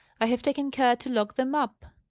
i have taken care to lock them up.